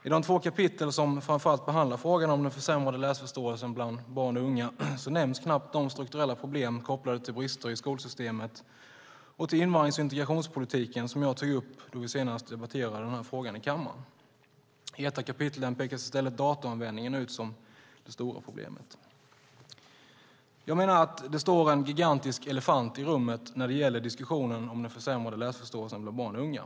I de två kapitel som framför allt behandlar frågan om den försämrade läsförståelsen bland barn och unga nämns knappt de strukturella problem, kopplade till brister i skolsystemet och till invandrings och integrationspolitiken, som jag tog upp då vi senast debatterade den här frågan i kammaren. I ett av kapitlen pekas i stället datoranvändningen ut som det stora problemet. Jag menar att det står en gigantisk elefant i rummet när det gäller diskussionen om den försämrade läsförståelsen bland barn och unga.